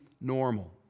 normal